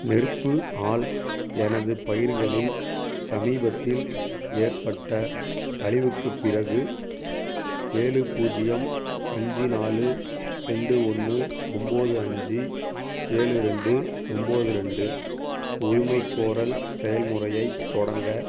நெருப்பு ஆல் எனது பயிர்களில் சமீபத்தில் ஏற்பட்ட அழிவுக்கு பிறகு ஏழு பூஜ்யம் அஞ்சு நாலு ரெண்டு ஒன்று ஒன்போது அஞ்சு ஏழு ரெண்டு ஒன்போது ரெண்டு உரிமைக்கோரல் செயல்முறையை தொடங்க